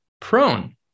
prone